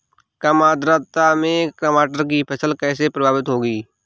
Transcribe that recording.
कम आर्द्रता में टमाटर की फसल कैसे प्रभावित होगी?